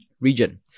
region